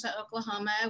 Oklahoma